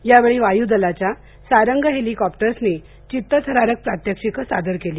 यावेळी वायुदलाच्या सारंग हेलिकॉप्टरर्सनी चित्तथरारक प्रात्यक्षिकं सादर केली